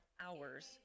hours